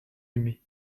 aimé